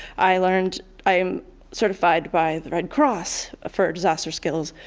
i learned i'm certified by the red cross for disaster skills.